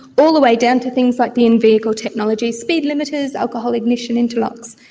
all the way down to things like the in-vehicle technologies, speed limiters, alcohol ignition interlocks.